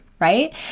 right